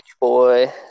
boy